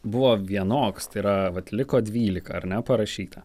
buvo vienoks tai yra vat liko dvylika ar ne parašyta